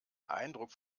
eindruck